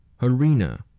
harina